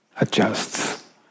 adjusts